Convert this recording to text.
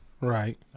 Right